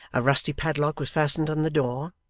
a rusty padlock was fastened on the door,